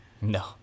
no